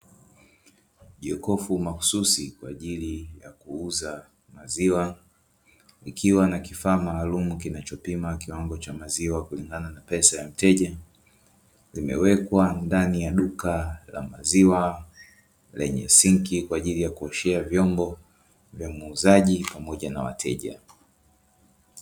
Jokofu mahususi kwa ajili ya kuuza maziwa, likiwa na kifaa maalumu kinachopima kiwango cha maziwa kulingana na pesa ya mteja, limewekwa ndani ya duka la maziwa lenye sinki, kwa ajili ya kuoshea vyombo vya muuzaji pamoja na wateja.